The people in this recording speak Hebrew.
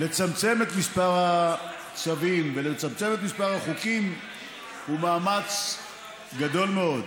לצמצם את מספר הצווים ולצמצם את מספר החוקים הוא מאמץ גדול מאוד.